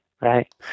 Right